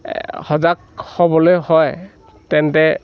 সজাগ হ'বলৈ হয় তেন্তে